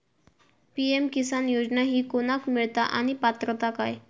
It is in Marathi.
पी.एम किसान योजना ही कोणाक मिळता आणि पात्रता काय?